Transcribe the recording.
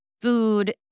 food